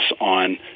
on